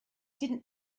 didn’t